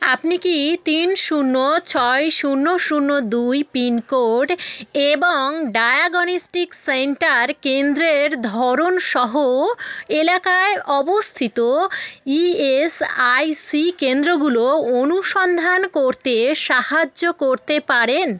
আপনি কি তিন শূন্য ছয় শূন্য শূন্য দুই পিনকোড এবং ডায়াগনস্টিক সেন্টার কেন্দ্রের ধরন সহ এলাকায় অবস্থিত ইএসআইসি কেন্দ্রগুলো অনুসন্ধান করতে সাহায্য করতে পারেন